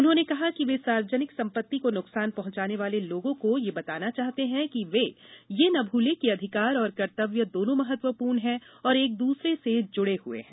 उन्होंने कहा कि वे सार्वजनिक संपत्ति को नुकसान पहॅचाने वाले लोगों को ये बताना चाहते हैं कि वे ये न भूले कि अधिकार और कर्त्तव्य दोनों महत्वपूर्ण है और एक दूसरे से जुड़े हुए है